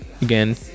again